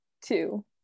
two